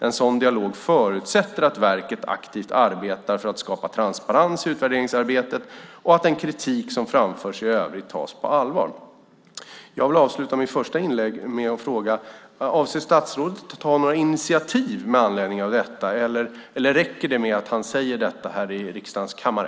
En sådan dialog förutsätter att verket aktivt arbetar för att skapa transparens i utvärderingsarbetet och att den kritik som framförts i övrigt tas på allvar." Jag vill avsluta mitt första inlägg med att fråga: Avser statsrådet att ta några initiativ med anledning av detta eller räcker det med att han säger det här i riksdagens kammare?